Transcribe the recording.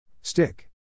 Stick